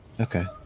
Okay